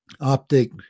Optic